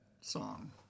song